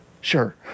Sure